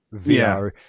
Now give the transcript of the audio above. VR